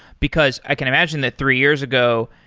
because i can imagine that three years ago,